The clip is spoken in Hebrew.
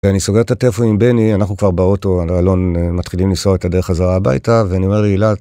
ואני סוגר את הטלפון עם בני, אנחנו כבר באוטו, אלון... מתחילים לנסוע את הדרך חזרה הביתה, ואני אומר...